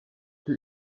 der